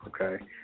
okay